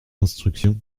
instructions